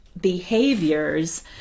behaviors